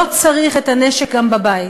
לא צריך את הנשק גם בבית.